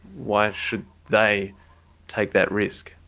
why should they take that risk?